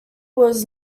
was